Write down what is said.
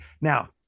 Now